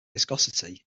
viscosity